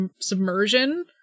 submersion